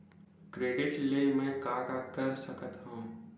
Credit ले मैं का का कर सकत हंव?